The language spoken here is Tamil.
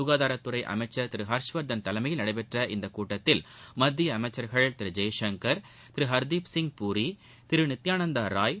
க்காதாரத்துறை அமைச்ச் திரு ஹர்ஷவர்தன் தலைமையில் நடைபெற்ற இந்த கூட்டத்தில் மத்திய அமைச்சர்கள் திரு ஜெய்சங்கள் திரு ஹாதீப் சிங் பூரி திரு நித்யானந்தா ராய்